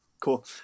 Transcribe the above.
Cool